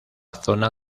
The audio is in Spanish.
zona